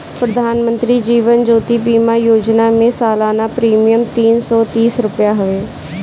प्रधानमंत्री जीवन ज्योति बीमा योजना में सलाना प्रीमियम तीन सौ तीस रुपिया हवे